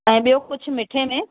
ऐं ॿियो कुझु मिठे में